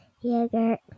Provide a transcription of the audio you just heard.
yogurt